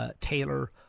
Taylor